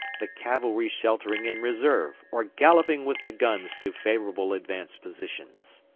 the cavalry sheltering in reserve, or galloping with the guns to favourable advance positions.